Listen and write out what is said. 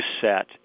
set